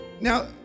Now